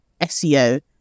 SEO